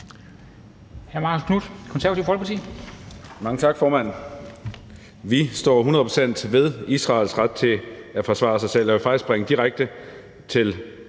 Mange tak, formand. Vi står hundrede procent ved Israels ret at forsvare sig selv. Jeg vil faktisk springe direkte til